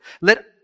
Let